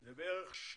זה בערך שליש